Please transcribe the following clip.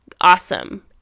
Awesome